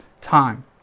time